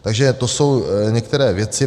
Takže to jsou některé věci.